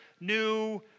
new